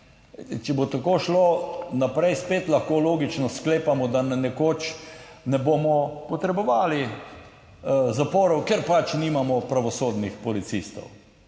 če bo tako šlo naprej. Spet lahko logično sklepamo, da nekoč ne bomo potrebovali zaporov, ker pač nimamo pravosodnih policistov.